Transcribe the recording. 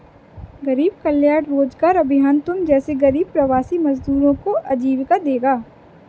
गरीब कल्याण रोजगार अभियान तुम जैसे गरीब प्रवासी मजदूरों को आजीविका देगा